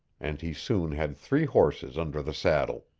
and he soon had three horses under the saddle.